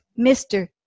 Mr